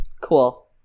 Cool